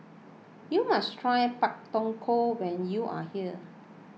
you must try Pak Thong Ko when you are here